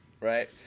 right